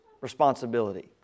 responsibility